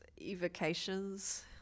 evocations